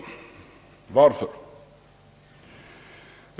Varför?